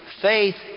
faith